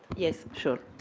yes, sure.